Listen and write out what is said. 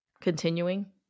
Continuing